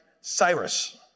Cyrus